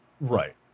right